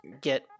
get